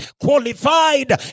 Qualified